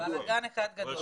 בלגן אחד גדול.